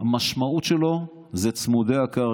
המשמעות שלו זה צמודי הקרקע.